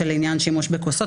לעניין השימוש בכוסות.